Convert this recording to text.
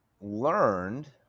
learned